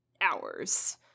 hours